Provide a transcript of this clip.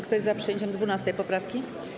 Kto jest za przyjęciem 12. poprawki?